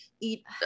eat